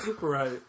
Right